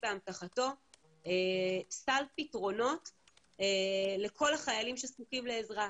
באמתחתו סל פתרונות לכל החיילים שזקוקים לעזרה,